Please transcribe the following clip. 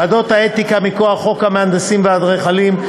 ועדות האתיקה מכוח חוק המהנדסים והאדריכלים,